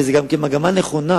וזו מגמה נכונה,